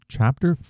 Chapter